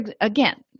Again